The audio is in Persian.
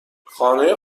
خانه